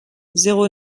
zéro